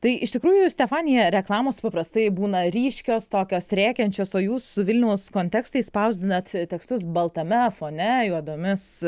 tai iš tikrųjų stefanija reklamos paprastai būna ryškios tokios rėkiančios o jūsų vilniaus kontekstai spausdinat tekstus baltame fone juodomis